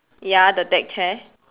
ya the deck chair